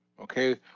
okay